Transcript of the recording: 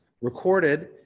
recorded